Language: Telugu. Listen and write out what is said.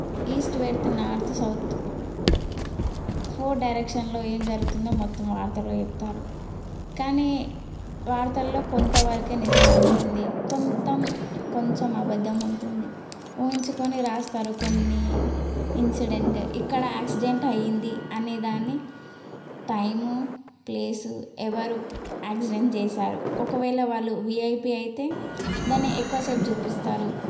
east west north south four డైరెక్షన్లో ఏం జరుగుతుందో మొత్తం వార్తల్లో చెప్తారు కానీ వార్తల్లో కొంతవరకే నిజం ఉంటుంది కొంతం కొంచెం అబద్ధం ఉంటుంది ఊహించుకొని రాస్తారు కొన్ని ఇన్సిడెంట్ ఇక్కడ యాక్సిడెంట్ అయ్యింది అనేదాన్ని టైము ప్లేస్ ఎవరు యాక్సిడెంట్ చేసారు ఒకవేళ వాళ్ళు వీఐపి అయితే దాన్ని ఎక్కువసేపు చూపిస్తారు